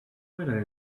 weather